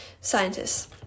scientists